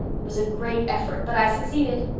it was a great effort but i succeeded.